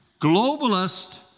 Globalist